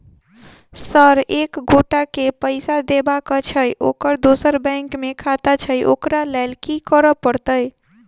Sir एक एगोटा केँ पैसा देबाक छैय ओकर दोसर बैंक मे खाता छैय ओकरा लैल की करपरतैय?